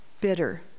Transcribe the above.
bitter